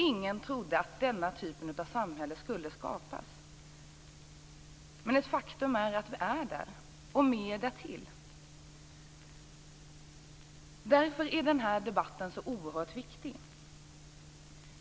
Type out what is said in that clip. Ingen trodde att denna typ av samhälle skulle skapas, men faktum är att vi är där, och mer därtill. Därför är den här debatten så oerhört viktig.